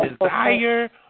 desire